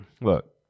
look